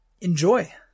enjoy